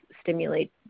stimulate